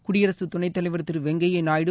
குடியரசு துணைத் தலைவர் திரு வெங்கைய்யா நாயுடு